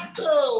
go